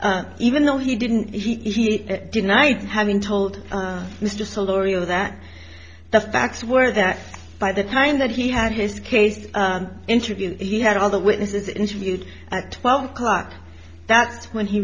even though he didn't he denied having told mr laurean that the facts were that by the time that he had his case to interview he had all the witnesses interviewed at twelve o'clock that's when he